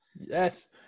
Yes